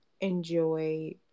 enjoy